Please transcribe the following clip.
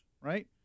right